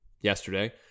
yesterday